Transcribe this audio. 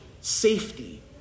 safety